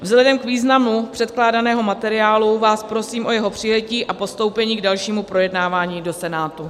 Vzhledem k významu předkládaného materiálu vás prosím o jeho přijetí a postoupení k dalšímu projednávání do Senátu.